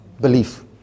Belief